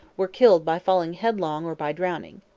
were killed by falling headlong or by drowning.